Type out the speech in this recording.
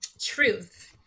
Truth